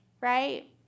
right